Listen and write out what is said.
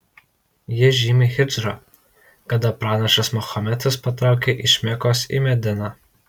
ji žymi hidžrą kada pranašas mahometas patraukė iš mekos į mediną